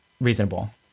reasonable